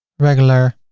regular.